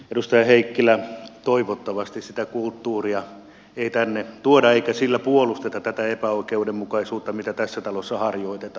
edustaja heikkilä toivottavasti sitä kulttuuria ei tänne tuoda eikä sillä puolusteta tätä epäoikeudenmukaisuutta mitä tässä talossa harjoitetaan